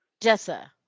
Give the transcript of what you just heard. Jessa